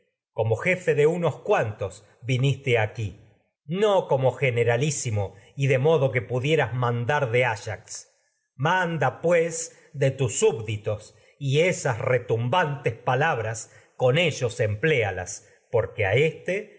como jefe de unos cuantos viniste aquí áyax como generalísimo manda y de modo que pudieras mandar de y ayax tes pues de tus siíbditos esas retumban palabras con o ellos empléalas porque a éste